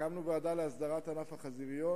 הקמנו ועדה להסדרת ענף החזיריות,